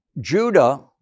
Judah